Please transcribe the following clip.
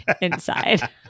inside